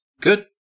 Good